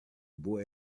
boy